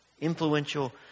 influential